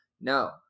no